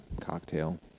cocktail